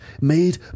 made